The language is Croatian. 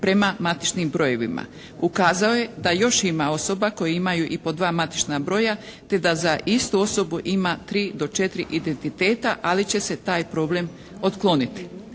prema matičnim brojevima. Ukazao je da još ima osoba koje imaju i po dva matična broja te da za istu osobu ima 3 do 4 identiteta, ali će se taj problem otkloniti.